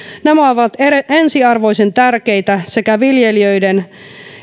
nämä ovat ensiarvoisen tärkeitä sekä viljelijöiden